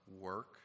work